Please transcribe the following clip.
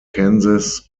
kansas